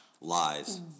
Lies